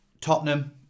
Tottenham